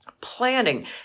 Planning